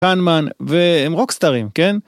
כהנמן, והם רוקסטרים, כן?